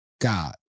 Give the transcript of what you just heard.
God